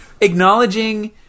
acknowledging